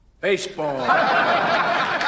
Baseball